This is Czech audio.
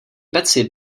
peci